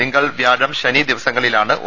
തിങ്കൾ വ്യാഴം ശനി ദിവസങ്ങളിലാണ് ഒ